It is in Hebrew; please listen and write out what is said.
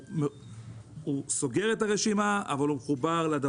הוא סוגר את הרשימה,